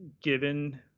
given